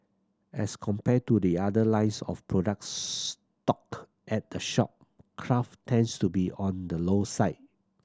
as compared to the other lines of products stock at the shop craft tends to be on the low side